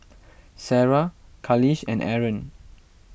Sarah Khalish and Aaron